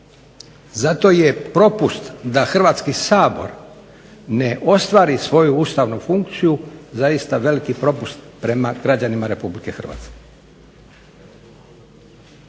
Zato je propust da Hrvatski sabor ne ostvari svoju ustavnu funkciju zaista veliki propust prema građanima RH.